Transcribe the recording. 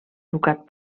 ducat